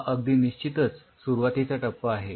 हा अगदी निश्चितच सुरुवातीचा टप्पा आहे